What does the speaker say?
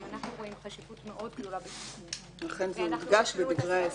גם אנחנו רואים חשיבות מאוד גדולה בשיקום -- לכן זה הודגש בדברי ההסבר.